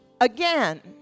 again